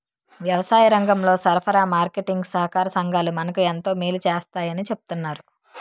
వ్యవసాయరంగంలో సరఫరా, మార్కెటీంగ్ సహాకార సంఘాలు మనకు ఎంతో మేలు సేస్తాయని చెప్తన్నారు